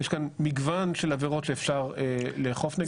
יש כאן מגוון של עבירות שאפשר לאכוף נגדם.